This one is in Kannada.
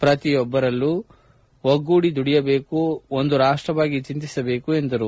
ಪ್ರತಿಯೊಬ್ಲರೂ ಒಗ್ಗೂಡಿ ದುಡಿಯಬೇಕು ಒಂದು ರಾಷ್ಷವಾಗಿ ಚಿಂತಿಸಿಬೇಕು ಎಂದರು